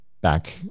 back